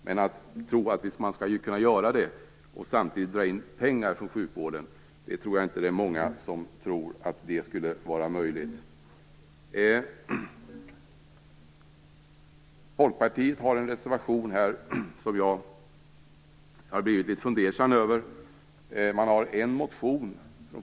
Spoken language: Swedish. Men jag tror inte att det är många som tror att det skulle vara möjligt att komma till rätta med dessa köer samtidigt som man drar in pengar från sjukvården. Folkpartiet har en reservation som jag har blivit litet fundersam över.